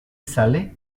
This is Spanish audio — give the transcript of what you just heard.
sale